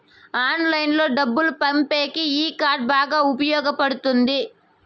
ఆన్లైన్లో డబ్బులు పంపేకి ఈ కార్డ్ బాగా ఉపయోగపడుతుంది